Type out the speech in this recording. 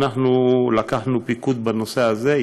אנחנו לקחנו פיקוד בנושא הזה,